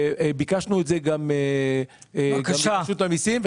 ביקשנו את זה גם מרשות המיסים.